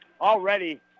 already